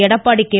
Edappadi K